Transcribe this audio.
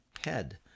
head